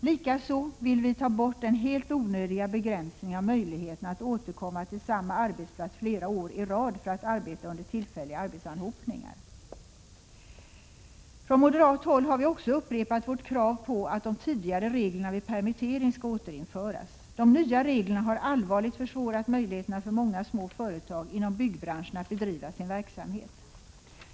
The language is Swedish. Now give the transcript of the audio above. Likaså vill vi ta bort den helt onödiga begränsningen av möjligheterna att återkomma till samma arbetsplats flera år i rad för att arbeta under tillfälliga arbetsanhopningar. Från moderat håll har vi också upprepat vårt krav på att de tidigare reglerna vid permittering skall återinföras. De nya reglerna har allvarligt försvårat möjligheterna för många små företag inom byggbranchen att bedriva sin verksamhet.